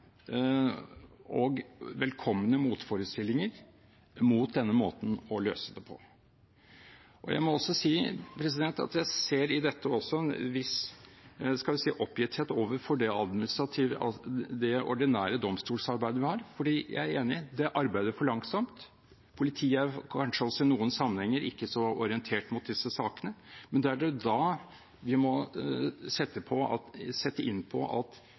og velkomne motforestillinger mot denne måten å løse det på. Jeg må også si at jeg i dette ser en viss oppgitthet overfor det ordinære domstolsarbeidet vi har, for jeg er enig i at det arbeides for langsomt, og politiet er kanskje også i noen sammenhenger ikke så orientert mot disse sakene, men det er da vi må sette inn på at domstolsapparatet og politiet kan fungere på